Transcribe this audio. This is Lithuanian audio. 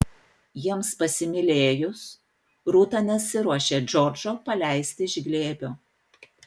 jiems pasimylėjus rūta nesiruošė džordžo paleisti iš glėbio